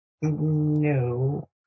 No